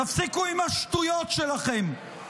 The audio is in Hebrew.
תפסיקו עם השטויות שלכם.